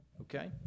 Okay